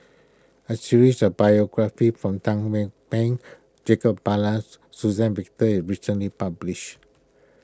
a series of biographies Teng Mah Beng Jacob Ballas Suzann Victor is recently published